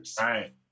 Right